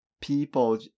people